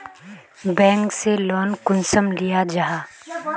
Bank से loan कुंसम लिया जाहा?